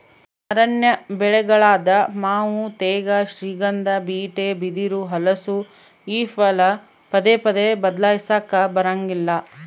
ಅರಣ್ಯ ಬೆಳೆಗಳಾದ ಮಾವು ತೇಗ, ಶ್ರೀಗಂಧ, ಬೀಟೆ, ಬಿದಿರು, ಹಲಸು ಈ ಫಲ ಪದೇ ಪದೇ ಬದ್ಲಾಯಿಸಾಕಾ ಬರಂಗಿಲ್ಲ